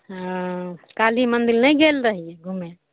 हूँ काली मन्दिर नहि गेल रहियै घूमय